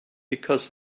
because